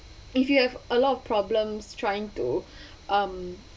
if you have a lot of problems trying to um